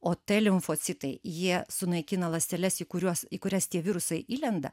o t limfocitai jie sunaikina ląsteles į kuriuos į kurias tie virusai įlenda